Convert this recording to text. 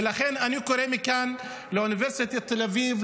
ולכן אני קורא מכאן לאוניברסיטת תל אביב,